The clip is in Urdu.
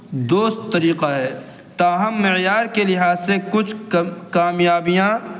دوست طریقہ ہے تاہم معیار کے لحاظ سے کچھ کم کامیابیاں